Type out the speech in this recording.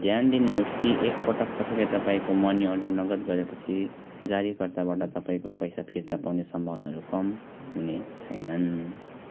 ध्यान दिनुहोस् कि एक पटक कसैले तपाईँँको मनी अर्डर नगद गरेपछि जारीकर्ताबाट तपाईँँको पैसा फिर्ता पाउने सम्भावनाहरू कम हुने छैनन्